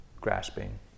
grasping